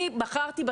אני בחרתי,